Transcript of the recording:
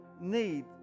need